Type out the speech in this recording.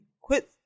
quit